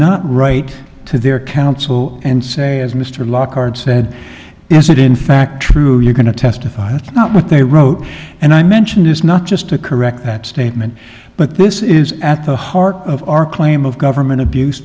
not write to their counsel and say as mr lockhart said is it in fact true you're going to testify it's not what they wrote and i mentioned is not just to correct that statement but this is at the heart of our claim of government abuse